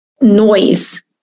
noise